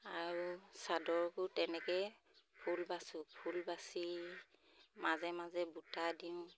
আৰু চাদৰতো তেনেকৈ ফুল বাচোঁ ফুল বাচি মাজে মাজে বুটা দিওঁ